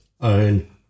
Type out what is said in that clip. own